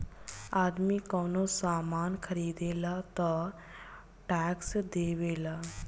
आदमी कवनो सामान ख़रीदेला तऽ टैक्स देवेला